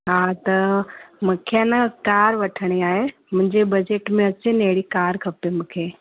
हा त मूंखे आहे न कार वठिणी आहे मुंहिंजे बजट में अचे अहिड़ी कार खपे मूंखे